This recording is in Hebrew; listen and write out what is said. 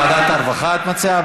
ועדת העבודה והרווחה את מציעה?